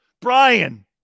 brian